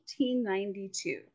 1892